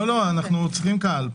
לא, אנחנו צריכים קהל פה,